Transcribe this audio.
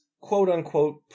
quote-unquote